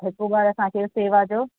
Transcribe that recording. हिकु बार असांखे सेवा जो